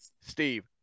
Steve